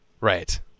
right